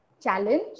challenge